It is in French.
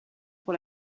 pour